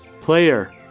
Player